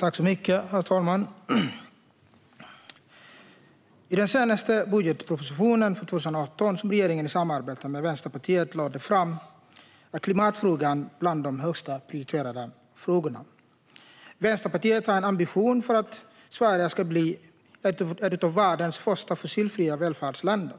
Herr talman! I budgetpropositionen för 2018, som regeringen lade fram i samarbete med Vänsterpartiet, är klimatfrågan bland de högst prioriterade frågorna. Vänsterpartiet har en ambition att Sverige ska bli ett av världens första fossilfria välfärdsländer,